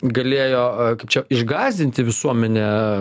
galėjo kaip čia išgąsdinti visuomenę